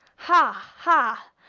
ha! ha!